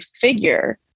figure